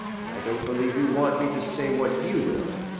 and i don't believe you want me to say what you will.